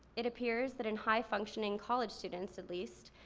it appears that in high functioning college students at least,